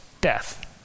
death